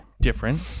different